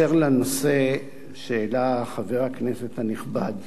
אשר לנושא שהעלה חבר הכנסת הנכבד,